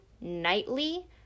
nightly